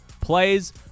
plays